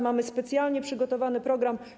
Mamy specjalnie przygotowany program.